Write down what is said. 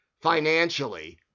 financially